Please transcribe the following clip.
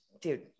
dude